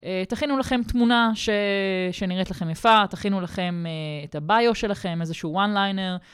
תכינו לכם תמונה שנראית לכם יפה, תכינו לכם את הביו שלכם, איזשהו וואן ליינר.